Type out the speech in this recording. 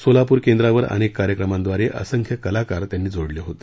सोलापूर केंद्रावर अनेक कार्यक्रमांव्रारे असंख्य कलाकार त्यांनी जोडले होते